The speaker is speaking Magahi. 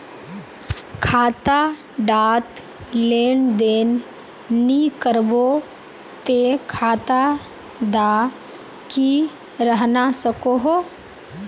खाता डात लेन देन नि करबो ते खाता दा की रहना सकोहो?